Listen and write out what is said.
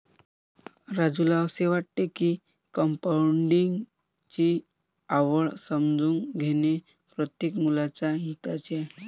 राजूला असे वाटते की कंपाऊंडिंग ची आवड समजून घेणे प्रत्येक मुलाच्या हिताचे आहे